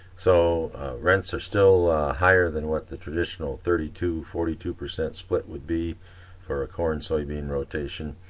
so rents are still higher than what the traditional thirty-two, forty two percent split would be for a corn soybean rotation.